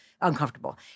uncomfortable